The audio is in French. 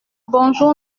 bonjour